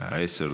עשר דקות.